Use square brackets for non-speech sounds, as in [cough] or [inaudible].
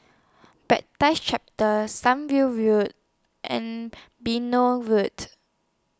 [unintelligible] chapter Sunview View and Benoi Road